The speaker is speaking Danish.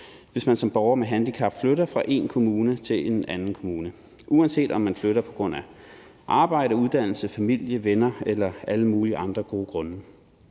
hvis man som borger med handicap flytter fra én kommune til en anden kommune, uanset om man flytter på grund af arbejde, uddannelse, familie, venner eller af alle mulige andre gode grunde.